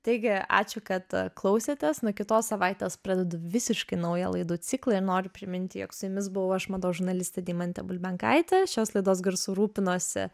taigi ačiū kad klausėtės nuo kitos savaitės pradedu visiškai naują laidų ciklą ir noriu priminti jog su jumis buvau aš mados žurnalistė deimantė bulbenkaitė šios laidos garsu rūpinosi